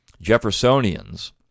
Jeffersonians